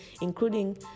including